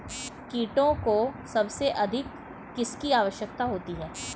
कीटों को सबसे अधिक किसकी आवश्यकता होती है?